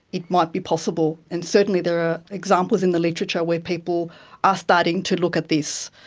it might be possible, and certainly there are examples in the literature where people are starting to look at this.